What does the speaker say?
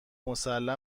مسلمه